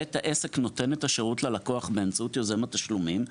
בית העסק נותן את השירות ללקוח באמצעות יוזם התשלומים.